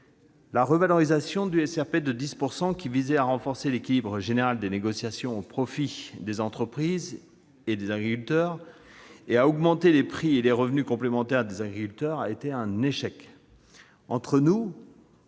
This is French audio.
La revalorisation du SRP de 10 % qui visait à renforcer l'équilibre général des négociations au profit des entreprises et des agriculteurs et à augmenter les prix et les revenus complémentaires des agriculteurs a été un échec.